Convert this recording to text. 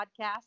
podcast